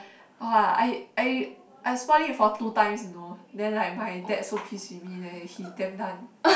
!wah! I I I spoil it for two times you know then like my dad so piss with me then he is damn done